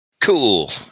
Cool